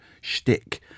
shtick